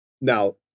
now